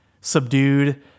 subdued